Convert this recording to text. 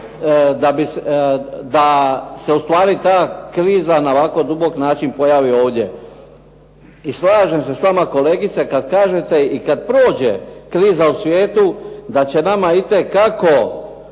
da se u stvari ta kriza na ovako dubok način pojavi ovdje. I slažem se s vama kolegice kad kažete i kad prođe kriza u svijetu da će nama itekako